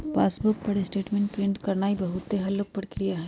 passbook पर statement print करानाइ बहुते हल्लुक प्रक्रिया हइ